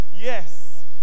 Yes